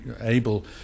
able